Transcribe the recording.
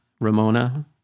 ramona